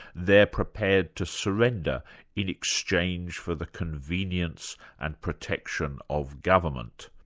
they are prepared to surrender in exchange for the convenience and protection of government.